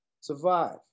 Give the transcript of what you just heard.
survive